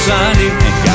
Sunday